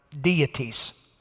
deities